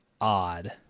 odd